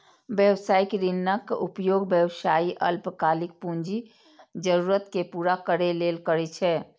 व्यावसायिक ऋणक उपयोग व्यवसायी अल्पकालिक पूंजी जरूरत कें पूरा करै लेल करै छै